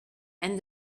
and